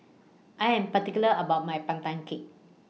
I Am particular about My Pandan Cake